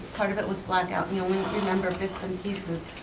part of it was blackout, and you only remember bits and pieces,